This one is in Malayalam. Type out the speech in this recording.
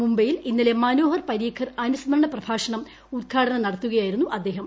മുംബൈയിൽ ഇന്നലെ മനോഹർ പരീക്കർ അനുസ്മരണ പ്രഭാഷണം ഉദ്ഘാടനം നടത്തുകയായിരുന്നു അദ്ദേഹം